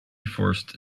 forced